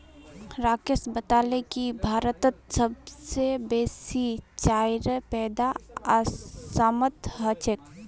राकेश बताले की भारतत सबस बेसी चाईर पैदा असामत ह छेक